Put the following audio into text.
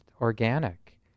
organic